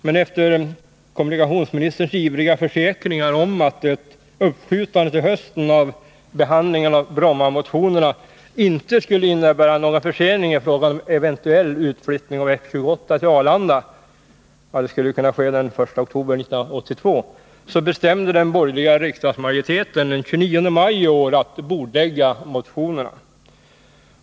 Men efter kommunikationsministerns ivriga försäkringar om att ett uppskjutande till hösten av behandlingen av Brommamotionerna inte skulle innebära någon försening i frågan om en eventuell utflyttning av F 28 till Arlanda — det skulle kunna ske den 1 oktober 1982 — så bestämde den borgerliga riksdagsmajoriteten den 29 maj i år att bordlägga motionerna.